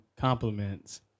compliments